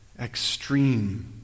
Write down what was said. extreme